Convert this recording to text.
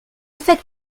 faites